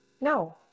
No